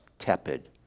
tepid